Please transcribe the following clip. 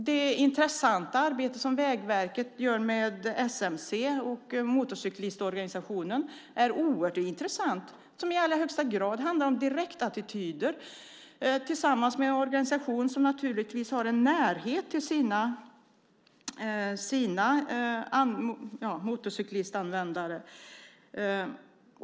Det intressanta arbete som Vägverket gör med SMC och motorcyklistorganisationen är oerhört intressant. Det handlar i allra högsta grad om direktattityder. Det görs tillsammans med en organisation som naturligtvis har en närhet till sina motorcykelanvändare.